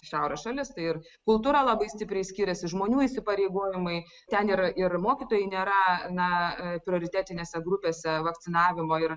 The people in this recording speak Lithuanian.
šiaurės šalis tai ir kultūra labai stipriai skiriasi žmonių įsipareigojimai ten yra ir mokytojai nėra na prioritetinėse grupėse vakcinavimo ir